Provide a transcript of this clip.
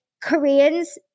Koreans